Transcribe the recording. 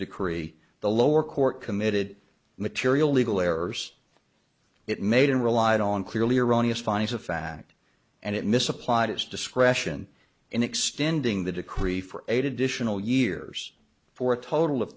decree the lower court committed material legal errors it made and relied on clearly erroneous finds of fact and it misapplied its discretion in extending the decree for eight additional years for a total of